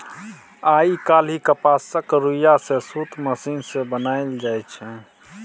आइ काल्हि कपासक रुइया सँ सुत मशीन सँ बनाएल जाइ छै